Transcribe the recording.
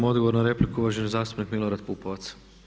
Odgovor na repliku, uvaženi zastupnik Milorad Pupovac?